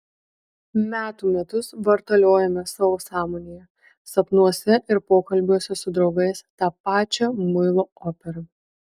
metų metus vartaliojame savo sąmonėje sapnuose ir pokalbiuose su draugais tą pačią muilo operą